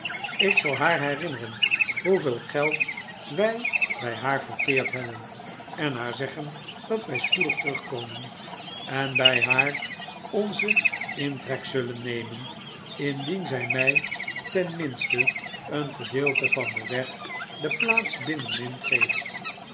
ik zal haar herinneren hoeveel geld wij bij haar verteerd hebben en haar zeggen dat wy spoedig terugkomen en by haar onzenintrek zullen nemen indien zij mij ten minste een gedeelte van den weg de plaats binnenin geeft